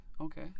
okay